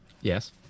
yes